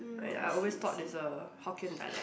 and I always thought it's a Hokkien dialect